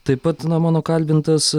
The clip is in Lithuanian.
taip pat na mano kalbintas